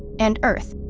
and earth,